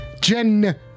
Jen